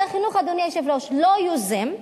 אדוני היושב-ראש, משרד החינוך לא יוזם,